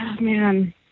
man